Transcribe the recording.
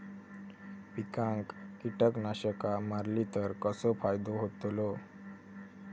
पिकांक कीटकनाशका मारली तर कसो फायदो होतलो?